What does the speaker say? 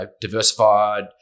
diversified